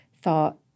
thought